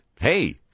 Hey